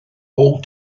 all